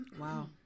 wow